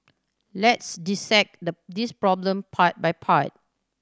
let's dissect the this problem part by part